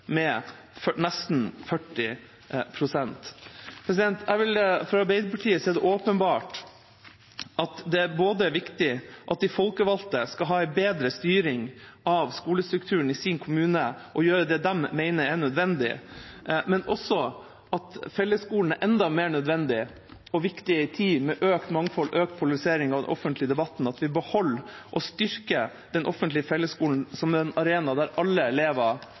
med nesten 40 pst. For Arbeiderpartiet er det åpenbart at det er viktig at de folkevalgte skal ha bedre styring av skolestrukturen i sin kommune og gjøre det de mener er nødvendig. I en tid med økt mangfold og økt polarisering av den offentlige debatten er det enda mer nødvendig og viktig at vi beholder og styrker den offentlige fellesskolen som en arena der alle elever